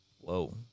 Whoa